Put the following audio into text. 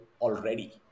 already